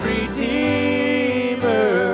Redeemer